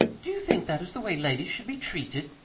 do you think that is the way ladies should be treated?